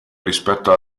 rispetto